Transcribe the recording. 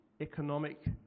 economic